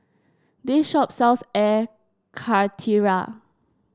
this shop sells Air Karthira